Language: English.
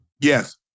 Yes